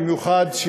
במיוחד,